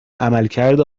عملکرد